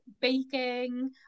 baking